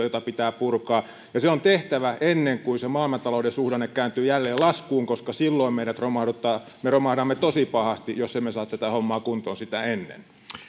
jota pitää purkaa ja se on tehtävä ennen kuin maailmantalouden suhdanne kääntyy jälleen laskuun silloin me romahdamme tosi pahasti jos emme saa tätä hommaa kuntoon sitä ennen